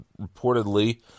reportedly